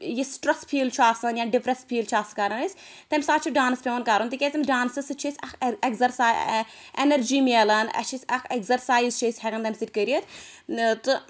یہِ stress feel چھُ آسان یا ڈِپرٮ۪س فیٖل چھِ آس کران أسۍ تَمہِ ساتہٕ چھُ ڈانٕس پٮ۪وان کَرُن تِکیٛازِ تَمہِ ڈانسہٕ سۭتۍ چھِ أسۍ اکھ اٮ۪نَرجی مِلان اَسہِ چھِ أسۍ اَکھ اٮ۪گزَرسایِز چھِ أسۍ ہٮ۪کان تَمہِ سۭتۍ کٔرِتھ تہٕ